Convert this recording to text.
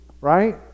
right